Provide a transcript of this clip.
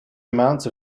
amounts